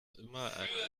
immer